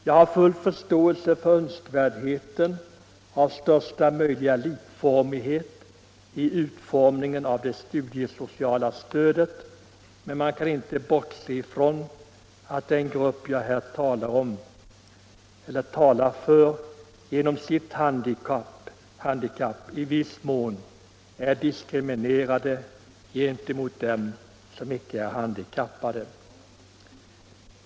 Jag har full förståelse för önskvärdheten av största möjliga likformighet i utformningen av det studiesociala stödet, men man kan inte bortse ifrån att den grupp jag här talar för på grund av sitt handikapp i viss mån är diskriminerad gentemot dem som icke är handikappade.